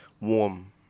warm